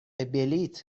بلیط